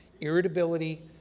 irritability